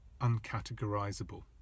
uncategorizable